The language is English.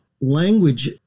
Language